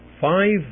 five